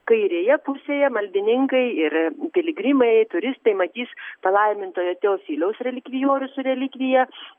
kairėje pusėje maldininkai ir piligrimai turistai matys palaimintojo teofiliaus relikvijorių su relikvija